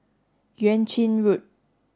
Yuan Ching Road